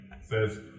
says